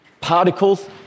particles